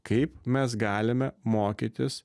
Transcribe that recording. kaip mes galime mokytis